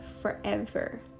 forever